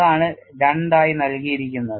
അതാണ് 2 ആയി നൽകിയിരിക്കുന്നത്